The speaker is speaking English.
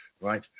right